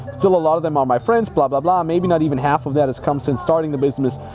still a lot of them on my friends, blah, blah, blah, maybe not even half of that has come since starting the business.